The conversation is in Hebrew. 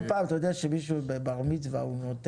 אני אסיים בכמה צעדים משלימים שאנחנו עושים